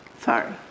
Sorry